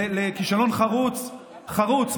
חרוץ.